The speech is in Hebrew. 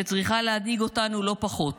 שצריכה להדאיג אותנו לא פחות,